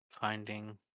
finding